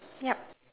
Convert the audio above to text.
yup